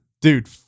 Dude